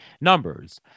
numbers